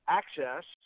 access